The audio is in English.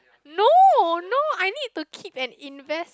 no no I need to keep an invest